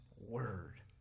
Word